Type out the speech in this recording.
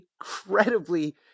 incredibly